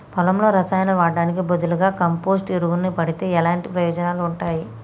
పొలంలో రసాయనాలు వాడటానికి బదులుగా కంపోస్ట్ ఎరువును వాడితే ఎలాంటి ప్రయోజనాలు ఉంటాయి?